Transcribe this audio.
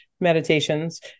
meditations